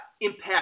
impact